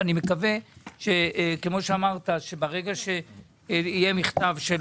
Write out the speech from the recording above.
ואני מקווה שברגע שיהיה מכתב של